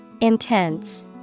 Intense